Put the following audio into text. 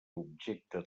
objecte